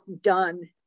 done